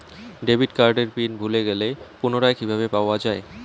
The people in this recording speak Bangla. ডেবিট কার্ডের পিন ভুলে গেলে পুনরায় কিভাবে পাওয়া য়ায়?